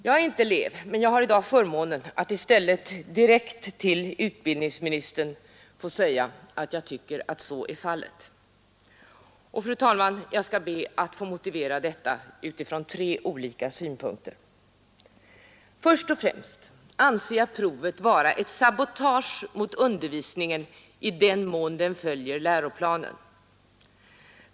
Jag är inte elev men har i dag förmånen att i stället direkt till utbildningsministern få säga att jag tycker att så är fallet. Fru talman! Jag skall be att få motivera detta ur tre olika synpunkter. Först och främst anser jag provet vara ett sabotage mot undervisningen i den mån den följer läroplanen.